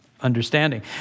Understanding